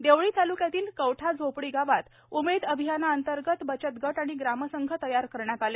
देवळी ताल्क्यातील कवठा झोपडी गावात उमेद अभियानांतर्गत बचत गट आणि ग्रामसंघ तयार करण्यात आले